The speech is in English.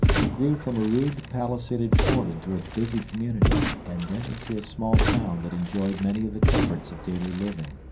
it grew from a rude palisaded fort into a busy community and then into a small town that enjoyed many of the comforts of daily living.